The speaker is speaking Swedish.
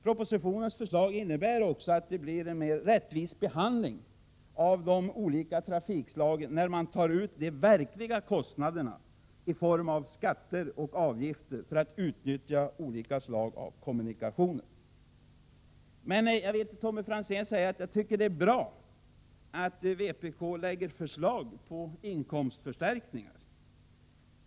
Propositionens förslag innebär också att det blir en mer rättvis behandling av de olika trafikslagen, när man i form av skatter och avgifter tar ut de verkliga kostnaderna för att utnyttja olika slag av kommunikationer. Jag vill även säga till Tommy Franzén att jag tycker att det är bra att vpk lägger fram förslag till inkomstförstärkningar.